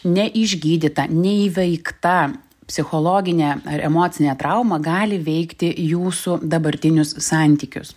neišgydyta neįveikta psichologinė ar emocinė trauma gali veikti jūsų dabartinius santykius